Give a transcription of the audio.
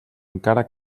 encara